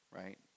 right